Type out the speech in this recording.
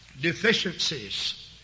deficiencies